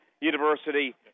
University